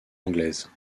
anglaises